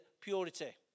purity